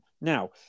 Now